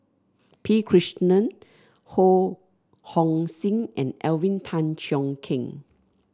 P Krishnan Ho Hong Sing and Alvin Tan Cheong Kheng